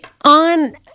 on